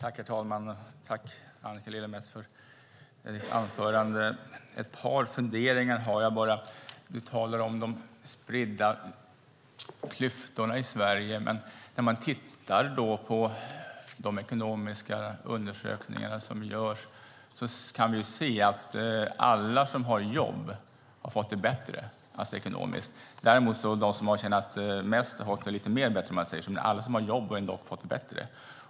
Herr talman! Tack, Annika Lillemets, för ditt anförande! Jag har bara ett par funderingar. Du talar om klyftorna i Sverige, men när vi tittar på de ekonomiska undersökningar som görs kan vi se att alla som har jobb har fått det bättre ekonomiskt. Däremot har de som har tjänat mest fått det ännu lite bättre, om jag säger så. Men alla som har jobb har fått det bättre.